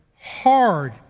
hard